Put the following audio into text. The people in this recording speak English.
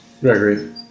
Gregory